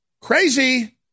Crazy